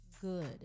good